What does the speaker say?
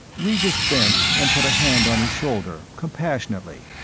regis bent and put a hand on his shoulder, compassionately,